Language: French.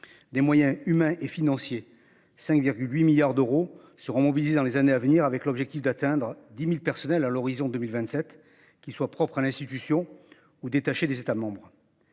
Des moyens humains et financiers 5 8 milliards d'euros seront mobilisés dans les années à venir, avec l'objectif d'atteindre 10.000 personnels à l'horizon 2027 qui soit propre à l'institution ou détaché des États membres.